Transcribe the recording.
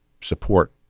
support